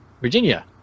Virginia